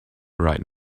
right